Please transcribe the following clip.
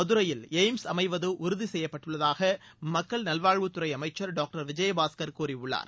மதுரையில் எய்ம்ஸ் அமைவது உறுதி செய்யப்பட்டுள்ளதாக மக்கள் நல்வாழ்வுத்துறை அமைச்சர் டாக்டர் விஜயபாஸ்கர் கூறியுள்ளார்